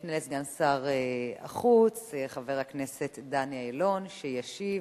נפנה לסגן שר החוץ, חבר הכנסת דני אילון, שישיב.